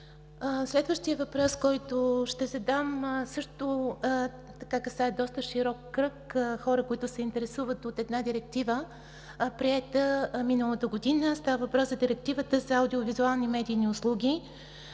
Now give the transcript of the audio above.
Следващият въпрос, който ще задам, касае доста широк кръг хора, които се интересуват от една директива, приета миналата година. Става въпрос за Директивата за аудио-визуални медийни услуги.